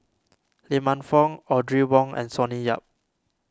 Lee Man Fong Audrey Wong and Sonny Yap